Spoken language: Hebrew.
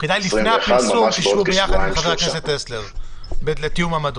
כדאי לפני הפרסום שתשבו ביחד עם חבר הכנסת יעקב טסלר לתיאום עמדות.